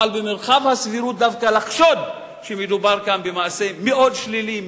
אבל במרחב הסבירות דווקא לחשוד שמדובר כאן במעשה מאוד שלילי,